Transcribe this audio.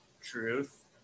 truth